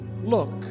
Look